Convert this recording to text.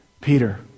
Peter